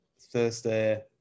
Thursday